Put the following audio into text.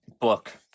book